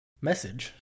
message